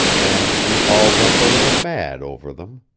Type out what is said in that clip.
and we all went a little mad over them.